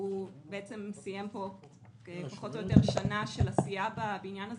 הוא סיים פה פחות או יותר שנה של עשייה בבניין הזה,